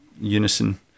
unison